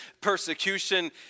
persecution